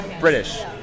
British